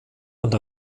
und